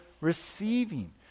receiving